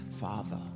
Father